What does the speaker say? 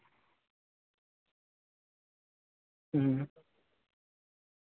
ᱦᱩᱸ